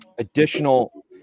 Additional